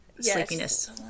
sleepiness